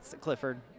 Clifford